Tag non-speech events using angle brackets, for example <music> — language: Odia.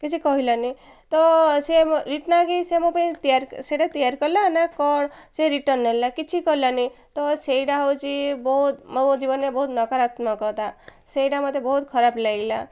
କିଛି କହିଲାନି ତ ସେ <unintelligible> ସେ ମୋ ପାଇଁ ତିଆରି ସେଟା ତିଆରି କଲା ନା କ'ଣ ସେ ରିଟର୍ନ ନେଲା କିଛି କଲାନି ତ ସେଇଟା ହେଉଛି ବହୁତ ମୋ ଜୀବନରେ ବହୁତ ନକାରାତ୍ମକତା ସେଇଟା ମୋତେ ବହୁତ ଖରାପ ଲାଗିଲା